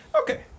Okay